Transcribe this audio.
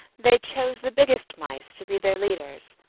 they chose the biggest mice to be their leaders,